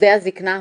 עובדי הזקנה,